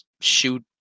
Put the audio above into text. shoot